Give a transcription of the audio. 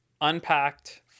unpacked